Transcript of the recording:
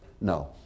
No